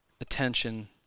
attention